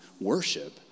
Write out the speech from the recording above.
worship